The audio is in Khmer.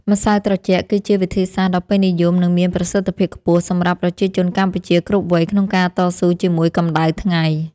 ម្ស៉ៅត្រជាក់គឺជាវិធីសាស្ត្រដ៏ពេញនិយមនិងមានប្រសិទ្ធភាពខ្ពស់សម្រាប់ប្រជាជនកម្ពុជាគ្រប់វ័យក្នុងការតស៊ូជាមួយកម្តៅថ្ងៃ។